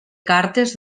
cartes